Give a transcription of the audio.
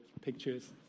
pictures